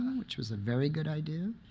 which was a very good idea.